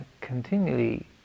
continually